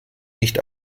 nicht